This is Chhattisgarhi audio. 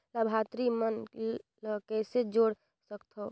लाभार्थी मन ल कइसे जोड़ सकथव?